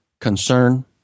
concern